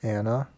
Anna